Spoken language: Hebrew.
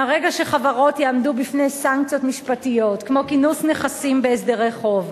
מהרגע שחברות יעמדו בפני סנקציות משפטיות כמו כינוס נכסים בהסדרי חוב,